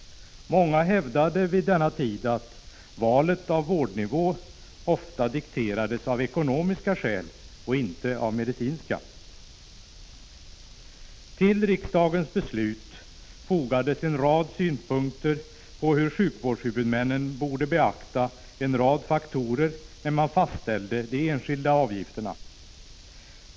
Många hävdade vid denna tid att valet av vårdnivå ofta dikterades av ekonomiska skäl och inte av medicinska. Till riksdagens beslut fogades en rad synpunkter på hur sjukvårdshuvudmännen borde beakta vissa faktorer när man fastställde de enskilda avgifterna.